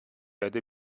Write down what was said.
erde